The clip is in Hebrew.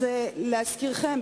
אז להזכירכם,